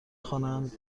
خوانند